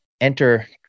enter